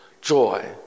joy